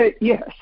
Yes